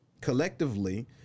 collectively